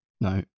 No